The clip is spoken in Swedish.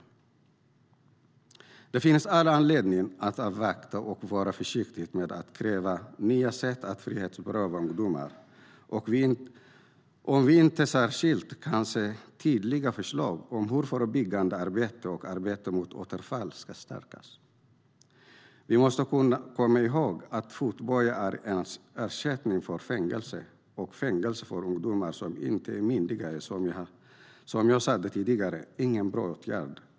Det finns all anledning att avvakta och vara försiktig med att kräva nya sätt att frihetsberöva ungdomar om vi inte samtidigt kan se tydliga förslag om hur förbyggande arbete och arbetet mot återfall ska stärkas. Vi måste komma ihåg att fotboja är en ersättning för fängelse, och fängelse för ungdomar som inte är myndiga är, som jag sade tidigare, ingen bra åtgärd.